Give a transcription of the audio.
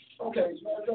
Okay